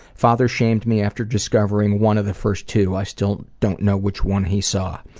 father shamed me after discovering one of the first two. i still don't know which one he saw.